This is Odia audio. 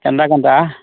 କେନ୍ତା କେନ୍ତା